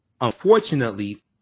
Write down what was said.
unfortunately